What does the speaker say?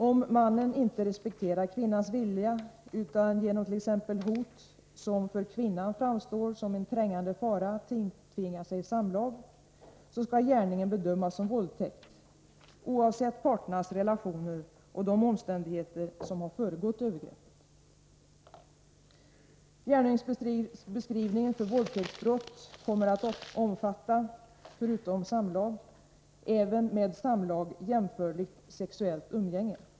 Om mannen inte respekterar kvinnans vilja utan genom t.ex. hot som för kvinnan framstår som en trängande fara tilltvingar sig samlag, skall gärningen bedömas som våldtäkt, oavsett parternas relationer och de omständigheter som har föregått övergreppet. Gärningsbeskrivningen för våldtäktsbrott kommer att omfatta — förutom samlag — även med samlag jämförligt sexuellt umgänge.